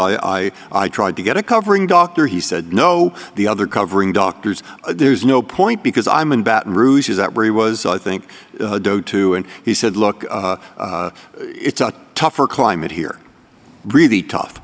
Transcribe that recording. i i tried to get a covering doctor he said no the other covering doctors there's no point because i'm in baton rouge is that where he was i think and he said look it's a tougher climate here really tough